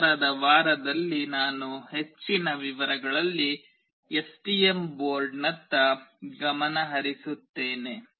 ನಂತರದ ವಾರದಲ್ಲಿ ನಾನು ಹೆಚ್ಚಿನ ವಿವರಗಳಲ್ಲಿ ಎಸ್ಟಿಎಂ ಬೋರ್ಡ್ನತ್ತ ಗಮನ ಹರಿಸುತ್ತೇನೆ